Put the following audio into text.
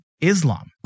Islam